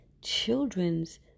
children's